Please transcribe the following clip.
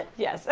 yes